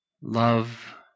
Love